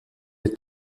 être